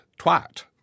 twat